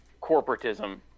corporatism